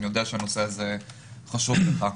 אני יודע שהנושא הזה חשוב לך.